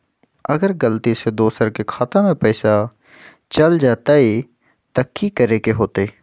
अगर गलती से दोसर के खाता में पैसा चल जताय त की करे के होतय?